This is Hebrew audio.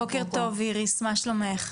בוקר טוב איריס, מה שלומך?